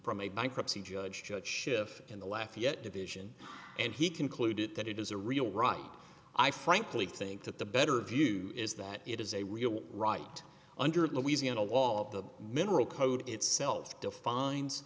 from a bankruptcy judge judge shift in the laugh yet division and he concluded that it is a real right i frankly think that the better view is that it is a real right under louisiana law of the mineral code itself defines